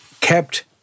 kept